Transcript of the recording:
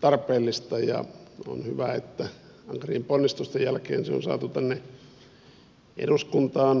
tarpeellista ja on hyvä että ankarien ponnistusten jälkeen se on saatu tänne eduskuntaan lähetekeskusteluun